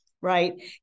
right